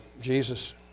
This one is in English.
Jesus